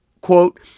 quote